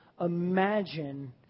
imagine